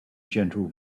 gentle